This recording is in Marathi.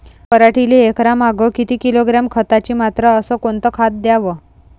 पराटीले एकरामागं किती किलोग्रॅम खताची मात्रा अस कोतं खात द्याव?